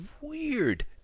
weird